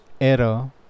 error